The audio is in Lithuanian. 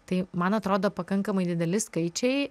tai man atrodo pakankamai dideli skaičiai